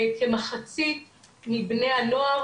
כמחצית מבני הנוער,